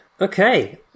Okay